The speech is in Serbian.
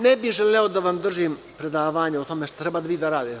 Ne bih želeo da vam držim predavanje o tome šta vi treba da radite.